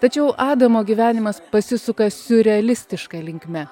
tačiau adamo gyvenimas pasisuka siurrealistiška linkme